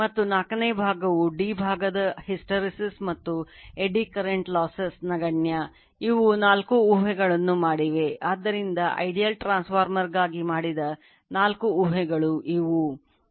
ಮತ್ತು 4 ನೇ ಭಾಗವು d ಭಾಗದ hysterisis ಟ್ರಾನ್ಸ್ಫಾರ್ಮರ್ಗಾಗಿ ಮಾಡಿದ 4 ಊಹೆಗಳು ಇವು